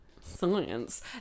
science